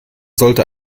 sollte